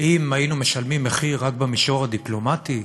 אם היינו משלמים מחיר רק במישור הדיפלומטי,